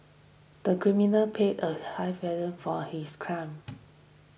the criminal paid a high for his crime